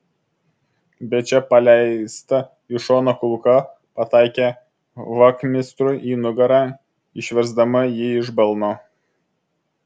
bet čia paleista iš šono kulka pataikė vachmistrui į nugarą išversdama jį iš balno